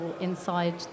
inside